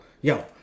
yo